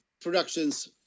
productions